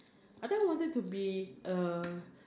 I think I wanted to be a